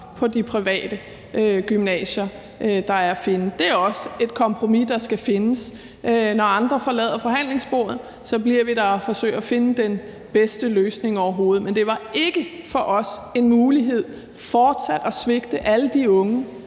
på de private gymnasier, der er at finde. Det er også et kompromis, der skal findes. Når andre forlader forhandlingsbordet, bliver vi der og forsøger at finde den bedste løsning overhovedet. Men det var ikke for os en mulighed fortsat at svigte alle de unge,